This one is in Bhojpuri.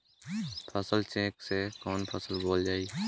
फसल चेकं से कवन फसल बोवल जाई?